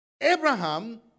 Abraham